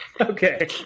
Okay